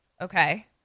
Okay